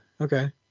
okay